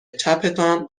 چپتان